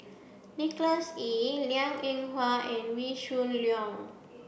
Nicholas Ee Liang Eng Hwa and Wee Shoo Leong